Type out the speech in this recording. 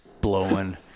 blowing